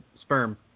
sperm